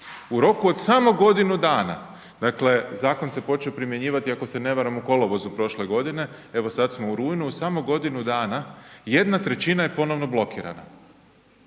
u roku od samo godinu dana, dakle zakon se počeo primjenjivati ako se ne varam u kolovozu prošle godine, evo sad smo u rujnu, u samo godinu dana, 1/3 je ponovno blokirana.